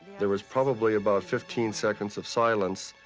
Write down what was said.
there was probably about fifteen seconds of silence,